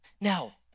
Now